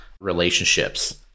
relationships